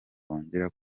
bongera